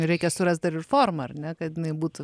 reikia surast dar ir formą ar ne kad jinai būtų